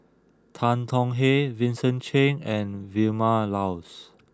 Tan Tong Hye Vincent Cheng and Vilma Laus